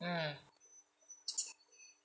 mm